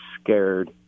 scared